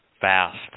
fast